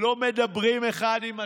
לא מדברים אחד עם השני.